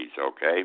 okay